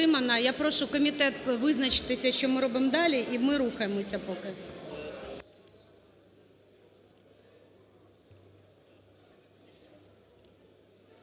Я прошу комітет визначитися, що ми робимо далі, і ми рухаємося поки.